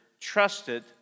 trusted